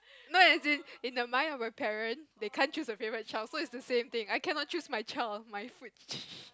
no as in in the mind of your parents they can't choose a favourite child so it's the same thing I cannot choose my child of my fruits